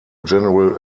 general